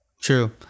True